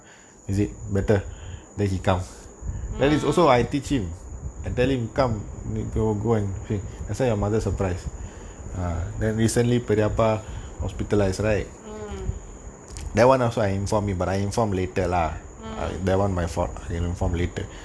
mm mm mm